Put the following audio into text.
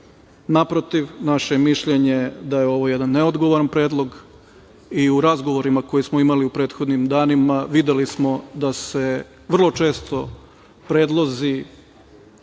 Naprotiv, naše mišljenje je da je ovo jedan neodgovoran predlog.U razgovorima koje smo imali u prethodnim danima videli smo da se vrlo često predlozi